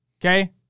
Okay